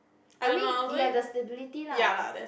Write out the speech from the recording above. I mean you have the stability lah